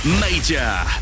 Major